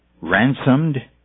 Ransomed